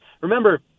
remember